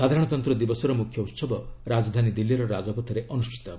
ସାଧାରଣତନ୍ତ୍ର ଦିବସର ମ୍ରଖ୍ୟ ଉହବ ରାଜଧାନୀ ଦିଲ୍ଲୀର ରାଜପଥରେ ଅନୁଷ୍ଠିତ ହେବ